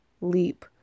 leap